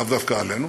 לאו דווקא עלינו,